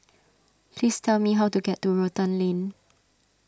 please tell me how to get to Rotan Lane